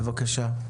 בבקשה.